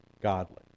godly